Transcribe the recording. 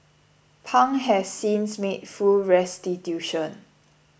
Pang has since made full restitution